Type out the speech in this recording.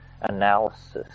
analysis